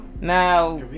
now